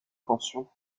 pension